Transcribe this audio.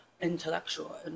intellectual